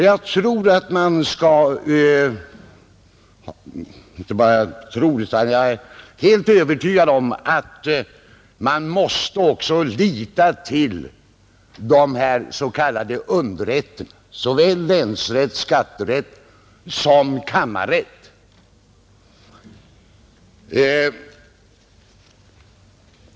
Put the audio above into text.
Jag är helt övertygad om att man måste lita till de s.k. underrätterna, såväl länsrätt och skatterätt som kammarrätt.